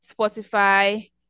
Spotify